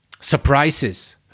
surprises